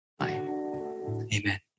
Amen